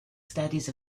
studies